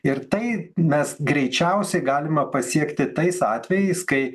ir tai mes greičiausiai galima pasiekti tais atvejais kai